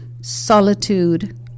solitude